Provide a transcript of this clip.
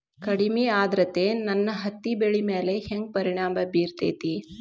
ಕಡಮಿ ಆದ್ರತೆ ನನ್ನ ಹತ್ತಿ ಬೆಳಿ ಮ್ಯಾಲ್ ಹೆಂಗ್ ಪರಿಣಾಮ ಬಿರತೇತಿ?